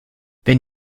wenn